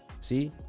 see